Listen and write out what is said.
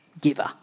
giver